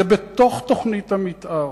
זה בתוך תוכנית המיתאר,